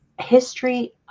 history